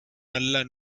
நல்ல